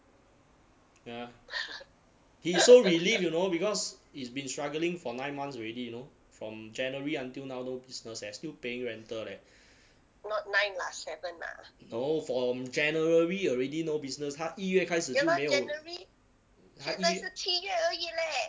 ya he so relieved you know because he's been struggling for nine months already you know from january until now no business eh still paying rental leh no from january already no business 他一月开始是没有还一